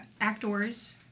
actors